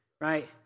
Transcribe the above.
right